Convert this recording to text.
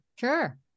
Sure